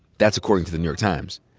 that's according to the new york times.